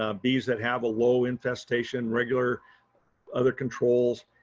um bees that have low infestation regular other controls.